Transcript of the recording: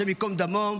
השם ייקום דמו,